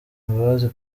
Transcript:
imbabazi